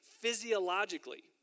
physiologically